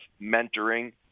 mentoring